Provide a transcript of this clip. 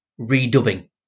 redubbing